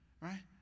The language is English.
right